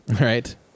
Right